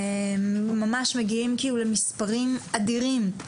ממש מגיעים למספרים אדירים.